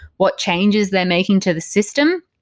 what changes they're making to the system.